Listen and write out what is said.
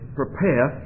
prepare